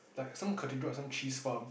like some cathedral or some cheese farm